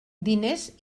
diners